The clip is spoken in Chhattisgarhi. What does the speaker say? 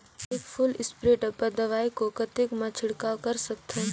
एक फुल स्प्रे डब्बा दवाई को कतेक म छिड़काव कर सकथन?